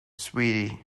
swede